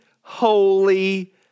holy